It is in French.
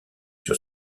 sur